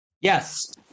Yes